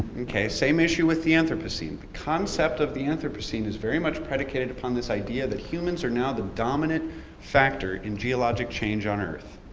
okay, same issue with the anthropocene. the concept of the anthropocene is very much predicated upon this idea that humans are now the dominant factor in geologic change on earth.